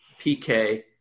PK